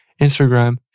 Instagram